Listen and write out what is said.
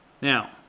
Now